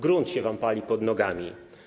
Grunt się wam pali pod nogami.